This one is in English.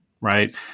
Right